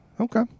Okay